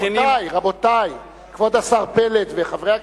מכינים, רבותי, רבותי, כבוד השר פלד וחברי הכנסת,